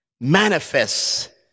manifest